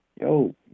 Yo